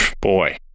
boy